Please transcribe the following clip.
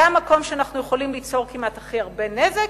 זה המקום שאנחנו יכולים ליצור הכי הרבה נזק,